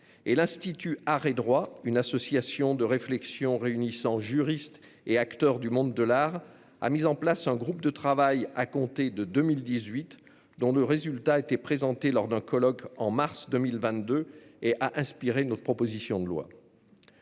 l'Institut Art et Droit, une association de réflexion réunissant juristes et acteurs du monde de l'art, a mis en place un groupe de travail à compter de 2018. Le résultat de ses travaux a été présenté lors d'un colloque en mars 2022 et a inspiré notre proposition de loi.